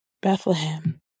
Bethlehem